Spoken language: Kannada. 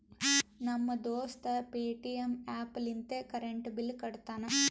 ನಮ್ ದೋಸ್ತ ಪೇಟಿಎಂ ಆ್ಯಪ್ ಲಿಂತೆ ಕರೆಂಟ್ ಬಿಲ್ ಕಟ್ಟತಾನ್